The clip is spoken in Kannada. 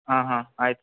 ಹಾಂ ಹಾಂ ಆಯ್ತು